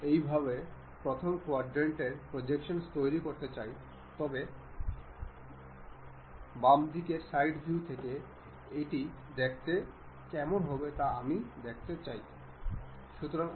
আপনি এই দিকটি বিপরীত করার সময়ও দেখতে পারেন এটি এই বোল্টের বাইরে নাটটি খোলে